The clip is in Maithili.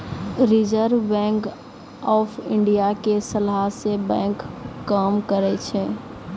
रिजर्व बैंक आफ इन्डिया के सलाहे से बैंक काम करै छै